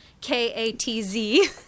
K-A-T-Z